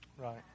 Right